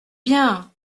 bien